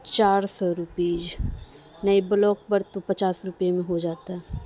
چار سو روپئے نہیں بلاک پر تو پچاس روپئے میں ہو جاتا ہے